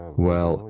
well,